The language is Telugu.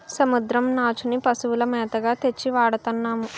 సముద్రం నాచుని పశువుల మేతగా తెచ్చి వాడతన్నాము